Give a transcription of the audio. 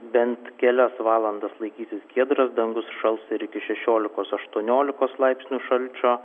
bent kelias valandas laikysis giedras dangus šals ir iki šešiolikos aštuoniolikos laipsnių šalčio